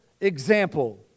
example